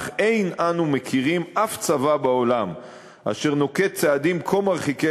אך אין אנו מכירים אף צבא בעולם אשר נוקט צעדים כה מרחיקי